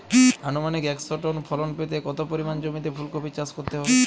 আনুমানিক একশো টন ফলন পেতে কত পরিমাণ জমিতে ফুলকপির চাষ করতে হবে?